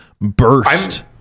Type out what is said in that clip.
burst